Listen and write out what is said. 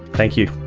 thank you.